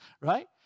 right